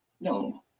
No